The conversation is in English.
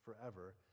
forever